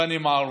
בני מערוף.